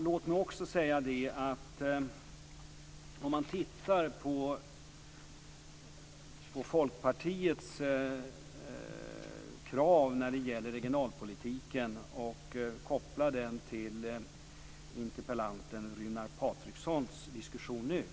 Låt oss titta på Folkpartiets krav på regionalpolitiken och koppla den till interpellanten Runar Patrikssons diskussion nu.